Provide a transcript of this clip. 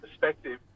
perspective